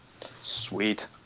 Sweet